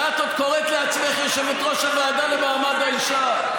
ואת עוד קוראת לעצמך יושבת-ראש הוועדה לקידום מעמד האישה.